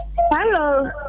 Hello